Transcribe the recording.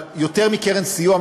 אבל יותר מקרן סיוע,